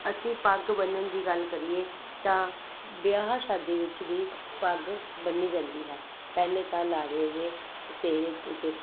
ਅਸੀਂ ਪੱਗ ਬੰਨ੍ਹਣ ਦੀ ਗੱਲ ਕਰੀਏ ਤਾਂ ਵਿਆਹ ਸ਼ਾਦੀ ਵਿੱਚ ਵੀ ਪੱਗ ਬੰਨ੍ਹੀ ਜਾਂਦੀ ਹੈ ਪਹਿਲੇ ਤਾਂ ਲਾੜੇ ਦੇ ਸਿਹਰੇ ਉੱਤੇ